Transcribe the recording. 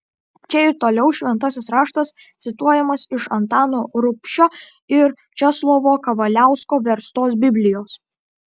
čia ir toliau šventasis raštas cituojamas iš antano rubšio ir česlovo kavaliausko verstos biblijos